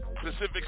Pacific